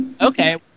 Okay